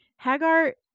Hagar